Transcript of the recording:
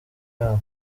yabo